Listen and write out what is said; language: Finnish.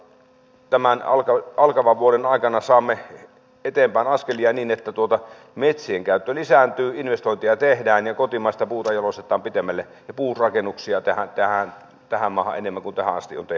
tämähän alkaa alkavan vuoden aikana samuli edelman askelia niin että tuota metsien käyttö lisääntyy investointeja tehdään kotimaista puuta jalostetaan pitemmälle puurakennuksia tehdään jää tähän makailimme putoaa silti